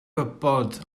gwybod